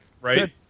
Right